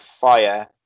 fire